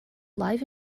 live